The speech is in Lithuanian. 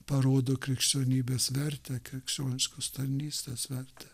parodo krikščionybės vertę krikščioniškos tarnystės vertę